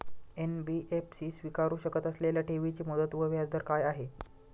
NBFC स्वीकारु शकत असलेल्या ठेवीची मुदत व व्याजदर काय आहे?